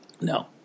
No